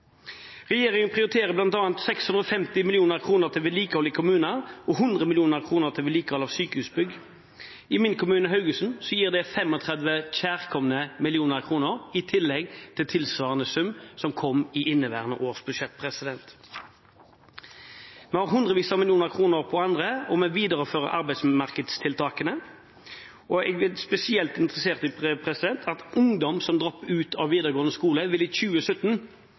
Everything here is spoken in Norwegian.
Regjeringen prioriterer bl.a. 650 mill. kr til vedlikehold i kommuner og 100 mill. kr til vedlikehold av sykehusbygg. I min kommune Haugesund gir det kjærkomne 35 mill. kr i tillegg til tilsvarende sum som kom i inneværende års budsjett. Vi har hundrevis av millioner på andre områder, og vi viderefører arbeidsmarkedstiltakene. Jeg er spesielt interessert i at ungdom som dropper ut av videregående skole, i 2017